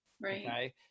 Right